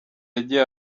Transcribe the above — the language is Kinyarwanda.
yagiye